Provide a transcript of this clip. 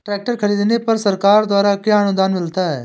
Tractor खरीदने पर सरकार द्वारा क्या अनुदान मिलता है?